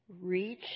reach